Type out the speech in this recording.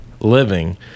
living